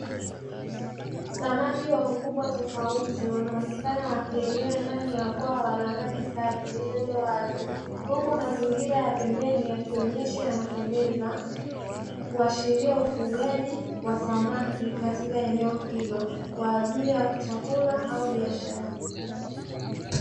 Samaki wakubwa tofauti wanaonekana wakielea ndani ya bwawa la maji safi lililo wazi, huku mazingira ya pembeni yakionyesha yanapendeza kuashiria ufugaji wa samaki katika eneo hilo kwa ajili ya chakula au biashara.